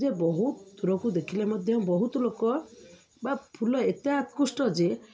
ଯେ ବହୁତ ଲୋକ ଦେଖିଲେ ମଧ୍ୟ ବହୁତ ଲୋକ ବା ଫୁଲ ଏତେ ଆତ୍କୃଷ୍ଟ ଯେ